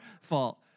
fault